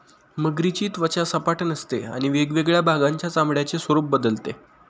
मगरीची त्वचा सपाट नसते आणि वेगवेगळ्या भागांच्या चामड्याचे स्वरूप बदलते